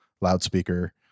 loudspeaker